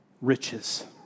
riches